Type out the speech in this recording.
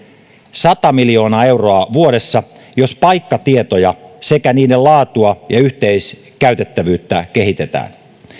sata miljoonaa euroa vuodessa jos paikkatietoja sekä niiden laatua ja yhteiskäytettävyyttä kehitetään